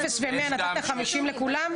מאפס ו-100, נתת 50 לכולם?